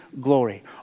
glory